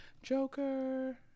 joker